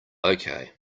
okay